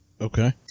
Okay